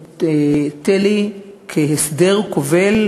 את תל"י כהסדר כובל,